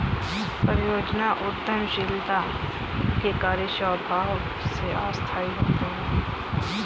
परियोजना उद्यमशीलता के कार्य स्वभाव से अस्थायी होते हैं